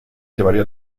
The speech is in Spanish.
llevaría